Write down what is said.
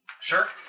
Sure